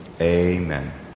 amen